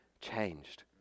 changed